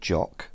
Jock